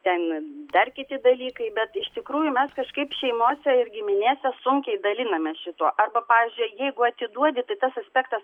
ten dar kiti dalykai bet iš tikrųjų mes kažkaip šeimose ir giminėse sunkiai dalinamės šituo arba pavyzdžiui jeigu atiduodi tai tas aspektas